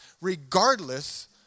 regardless